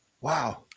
Wow